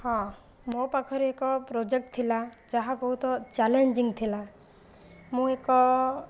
ହଁ ମୋ ପାଖରେ ଏକ ପ୍ରୋଜେକ୍ଟ ଥିଲା ଯାହା ବହୁତ ଚ୍ୟାଲେଞ୍ଜିଂ ଥିଲା ମୁଁ ଏକ